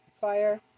fire